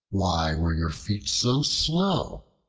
why were your feet so slow?